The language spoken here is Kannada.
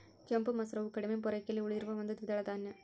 ಕೆಂಪು ಮಸೂರವು ಕಡಿಮೆ ಪೂರೈಕೆಯಲ್ಲಿ ಉಳಿದಿರುವ ಒಂದು ದ್ವಿದಳ ಧಾನ್ಯ